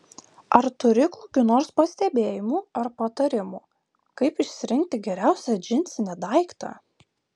ar turi kokių nors pastebėjimų ar patarimų kaip išsirinkti geriausią džinsinį daiktą